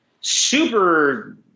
super